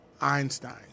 Einstein